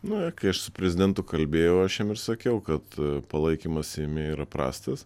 na kai aš su prezidentu kalbėjau aš jam ir sakiau kad palaikymas seime yra prastas